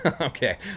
Okay